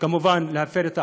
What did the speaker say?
כמובן להפר את החוק,